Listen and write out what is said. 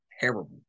terrible